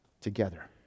together